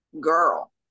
girl